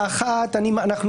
אמירה ראשונה.